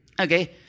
okay